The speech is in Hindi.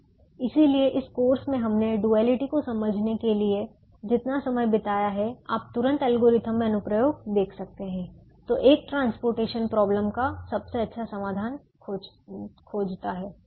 Refer Time 1930 इसलिए इस कोर्स में हमने डुअलिटी को समझने के लिए जितना समय बिताया है आप तुरंत एल्गोरिथ्म में अनुप्रयोग देख सकते हैं जो एक ट्रांसपोर्टेशन प्रोबलम का सबसे अच्छा समाधान खोजता है